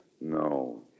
No